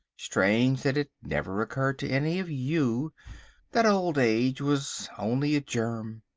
strange that it never occurred to any of you that old age was only a germ!